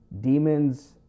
Demons